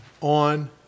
on